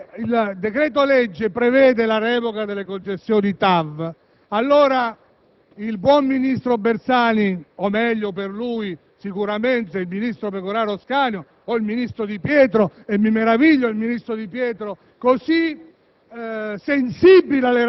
Ebbene, poiché il decreto-legge prevede la revoca delle concessioni TAV, allora il buon ministro Bersani, o meglio, per lui sicuramente il ministro Pecoraro Scanio o il ministro Di Pietro (e mi meraviglio che il ministro Di Pietro, così